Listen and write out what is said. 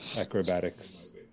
acrobatics